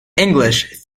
english